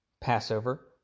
Passover